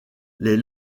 les